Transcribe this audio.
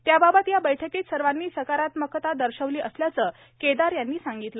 त्याबाबत या बैठकीत सर्वांनी सकारात्मकता दर्शवली असल्याचं केदार यांनी सांगितलं